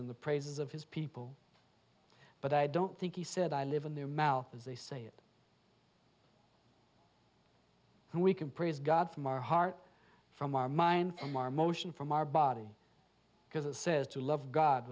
in the praises of his people but i don't think he said i live in their mouth as they say it and we can praise god from our heart from our mind from our motion from our body because it says to love god